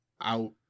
out